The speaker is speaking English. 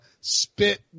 spit